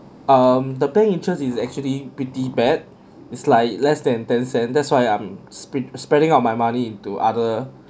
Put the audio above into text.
um the bank interest is actually pretty bad it's like less than ten cent that's why I'm spirit spreading out my money into other